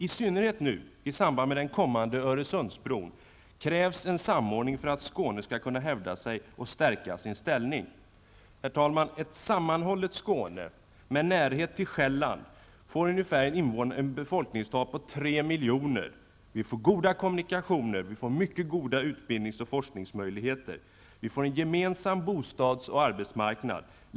I synnerhet i samband med den kommande Öresundsbron krävs nu samordning för att Skåne skall kunna hävda sig och stärka sin ställning. Herr talman! Ett sammanhållet Skåne med närheten till Själland får ca tre miljoner invånare med goda kommunikationer, mycket goda utbildnings och forskningsmöjligheter. Vi får en gemensam bostads och arbetsmarknad.